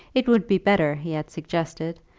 it would be better, he had suggested,